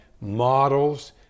models